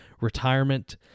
retirement